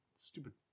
stupid